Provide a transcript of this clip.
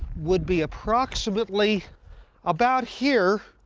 would be approximately about here